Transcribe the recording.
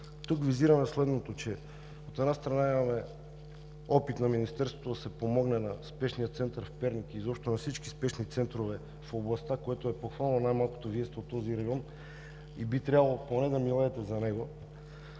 Тук визираме следното: от една страна, имаме опит от Министерството да се помогне на Спешния център в Перник и изобщо на всички спешни центрове в областта, което е похвално, Вие сте от този район и би трябвало поне да милеете за него,